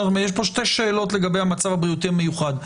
יש פה שתי שאלות לגבי המצב הבריאותי המיוחד.